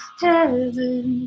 heaven